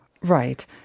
Right